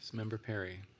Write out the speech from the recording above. member perry.